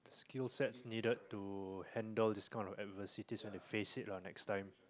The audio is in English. skillsets needed to handle this kind of adversities when they face it lah next time